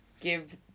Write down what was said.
give